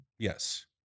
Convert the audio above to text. Yes